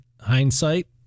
Hindsight